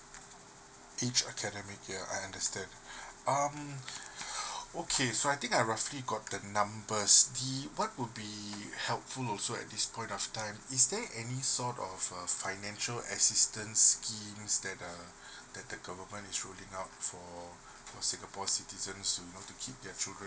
each academic year I understand um okay so I think I roughly got the numbers the what would be helpful also at this point of time is there any sort of uh financial assistance schemes that uh the governemtn is rolling out for the singapore citizen you know to keep their children